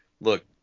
look